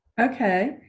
okay